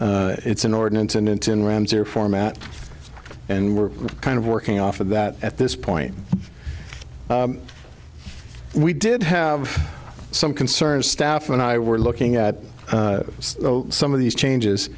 it's an ordinance and into an ramsey or format and we're kind of working off of that at this point we did have some concerns staff and i were looking at some of these changes